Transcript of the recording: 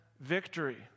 victory